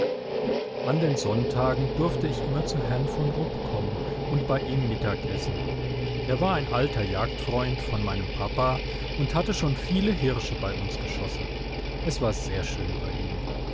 an den sonntagen durfte ich immer zu herrn von rupp kommen und bei ihm mittag essen er war ein alter jagdfreund von meinem papa und hatte schon viele hirsche bei uns geschossen es war sehr schön bei ihm